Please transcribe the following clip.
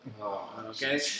Okay